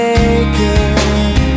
Maker